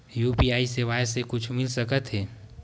UPI सेवाएं से कुछु मिल सकत हे?